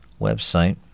website